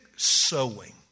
Sowing